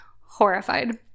horrified